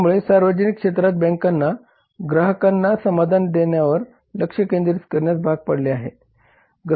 यामुळे सार्वजनिक क्षेत्रातील बँकांना ग्राहकांना समाधान देण्यावर लक्ष केंद्रित करण्यास भाग पाडले आहे